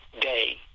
day